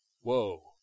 Whoa